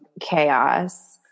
chaos